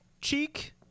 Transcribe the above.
cheek